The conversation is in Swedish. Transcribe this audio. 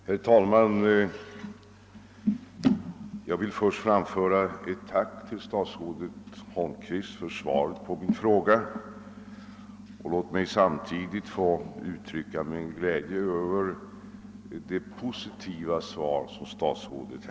Herr talman! Jag ber att få framföra ett tack till statsrådet Holmqvist för svaret på min fråga. Samtidigt vill jag uttrycka min glädje över att svaret är så positivt.